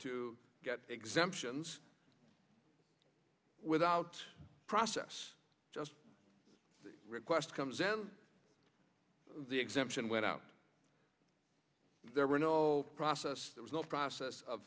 to get exemptions without process just request comes and the exemption went out there were no process there was no process of